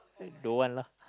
don't want lah